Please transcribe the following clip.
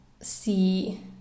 see